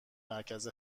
مرکز